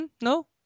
No